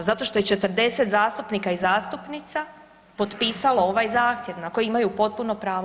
Zato što je 40 zastupnika i zastupnica potpisalo ovaj zahtjev na koji imaju potpuno pravo.